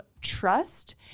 trust